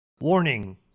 Warning